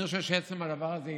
אני חושב שעצם הדבר הזה,